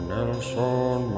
Nelson